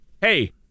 hey